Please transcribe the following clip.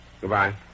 Goodbye